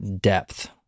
depth